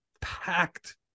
packed